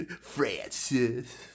Francis